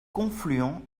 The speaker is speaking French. confluent